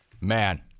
Man